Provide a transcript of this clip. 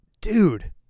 Dude